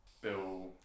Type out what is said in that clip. Bill